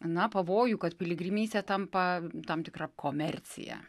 na pavojų kad piligrimystė tampa tam tikra komercija